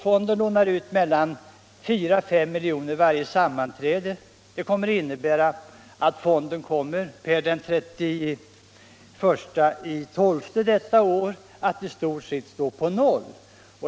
Fonden lånar ut mellan 4 och 5 miljoner varje sammanträde, vilket innebär att den per den 31 december detta år i stort sett står på 0.